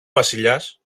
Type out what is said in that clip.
βασιλιάς